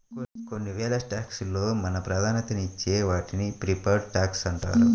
కొన్నివేల స్టాక్స్ లో మనం ప్రాధాన్యతనిచ్చే వాటిని ప్రిఫర్డ్ స్టాక్స్ అంటారు